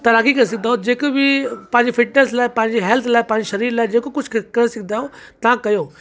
तैराकी करे सघंदा आहियो जेके बि पंहिंजी फ़िटनस लाइ पंहिंजी हैल्थ लाइ पंहिंजे शरीर लाइ जेको कुझु क करे सघंदा आहियो तव्हां कयो